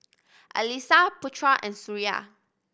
Alyssa Putra and Suria